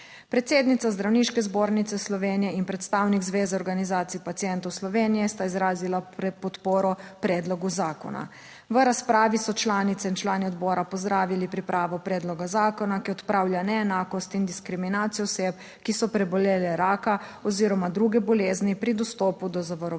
Predsednica Zdravniške zbornice Slovenije in predstavnik Zveze organizacij pacientov Slovenije sta izrazila podporo predlogu zakona. V razpravi so članice in člani odbora pozdravili pripravo predloga zakona, ki odpravlja neenakost in diskriminacijo oseb, ki so prebolele raka oziroma druge bolezni, pri dostopu do zavarovalnih